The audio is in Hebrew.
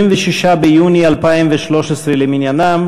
ביוני 2013 למניינם.